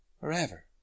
forever